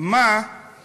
בואי